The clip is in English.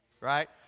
right